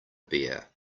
bear